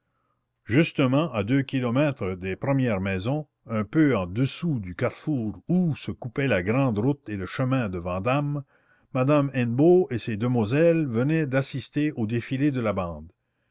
justement à deux kilomètres des premières maisons un peu en dessous du carrefour où se coupaient la grande route et le chemin de vandame madame hennebeau et ces demoiselles venaient d'assister au défilé de la bande